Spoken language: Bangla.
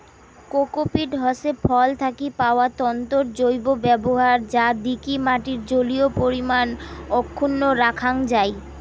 কোকোপীট হসে ফল থাকি পাওয়া তন্তুর জৈব ব্যবহার যা দিকি মাটির জলীয় পরিমান অক্ষুন্ন রাখাং যাই